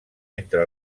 entre